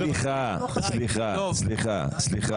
סליחה, סליחה, סליחה.